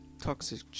toxic